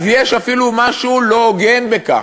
אז יש אפילו משהו לא הוגן בכך,